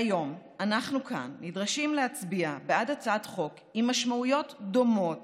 היום אנחנו כאן נדרשים להצביע בעד הצעת חוק עם משמעויות דומות